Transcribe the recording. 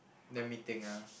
let me think ah